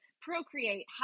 procreate